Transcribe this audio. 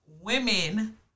women